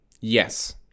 Yes